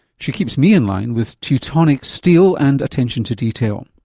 she keeps me in line with teutonic steel and attention to detail.